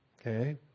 Okay